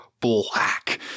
black